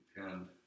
depend